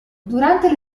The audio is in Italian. durante